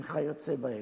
וכיוצא באלה.